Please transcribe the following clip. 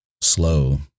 slow